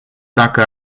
dacă